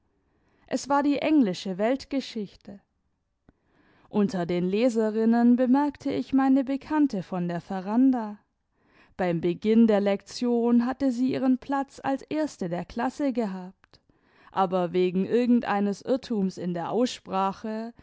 es war die englische weltgeschichte unter den leserinnen bemerkte ich meine bekannte von der veranda beim beginn der lektion hatte sie ihren platz als erste der klasse gehabt aber wegen irgend eines irrtums in der aussprache